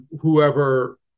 whoever –